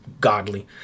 godly